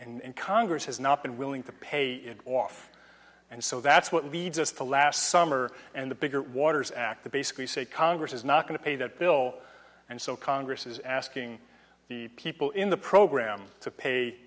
and congress has not been willing to pay it off and so that's what leads us to last summer and the bigger waters act to basically say congress is not going to pay that bill and so congress is asking the people in the program to pay